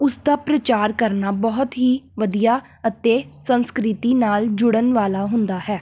ਉਸ ਦਾ ਪ੍ਰਚਾਰ ਕਰਨਾ ਬਹੁਤ ਹੀ ਵਧੀਆ ਅਤੇ ਸੰਸਕ੍ਰਿਤੀ ਨਾਲ ਜੁੜਨ ਵਾਲਾ ਹੁੰਦਾ ਹੈ